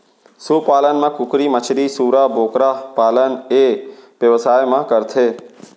सु पालन म कुकरी, मछरी, सूरा, बोकरा पालन ए बेवसाय म करथे